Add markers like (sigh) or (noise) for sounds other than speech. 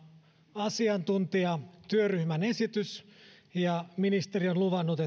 asiantuntijatyöryhmän esitys ja ministeri on luvannut (unintelligible)